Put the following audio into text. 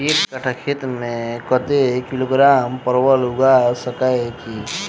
एक कट्ठा खेत मे कत्ते किलोग्राम परवल उगा सकय की??